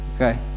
Okay